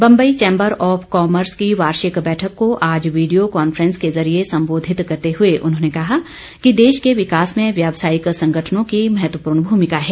Bombay chamber of commerce की वार्षिक बैठक को आज वीडियो कांफ्रेस के जरिये संबोधित करते हुए उन्होंने कहा कि देश के विकास में व्यावसायिक संगठनों की महत्वपूर्ण भूमिका है